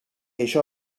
això